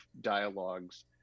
dialogues